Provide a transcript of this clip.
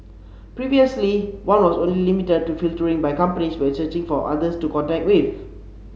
previously one was only limited to filtering by companies when searching for others to connect with